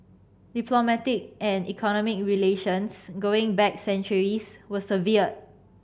diplomatic and economic relations going back centuries were severed